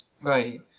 Right